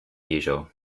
usual